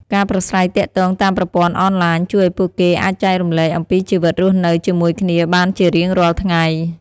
ការប្រាស្រ័យទាក់់ទងតាមប្រព័ន្ធអនឡាញជួយឱ្យពួកគេអាចចែករំលែកអំពីជីវិតរស់នៅជាមួយគ្នាបានជារៀងរាល់ថ្ងៃ។